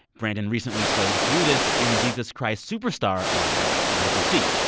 brandon recently played judas in jesus christ superstar live on nbc.